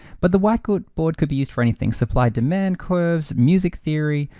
but the whiteboard could be used for anything. supply demand curves, music theory,